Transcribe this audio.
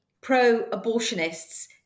pro-abortionists